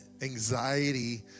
anxiety